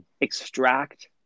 extract